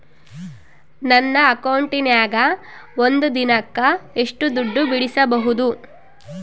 ನನ್ನ ಅಕೌಂಟಿನ್ಯಾಗ ಒಂದು ದಿನಕ್ಕ ಎಷ್ಟು ದುಡ್ಡು ಬಿಡಿಸಬಹುದು?